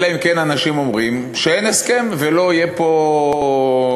אלא אם כן אנשים אומרים שאין הסכם ולא יהיה פה הסכם.